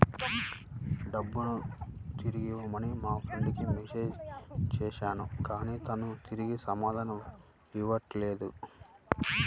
డబ్బుని తిరిగివ్వమని మా ఫ్రెండ్ కి మెసేజ్ చేస్తున్నా కానీ తాను తిరిగి సమాధానం ఇవ్వట్లేదు